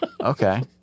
Okay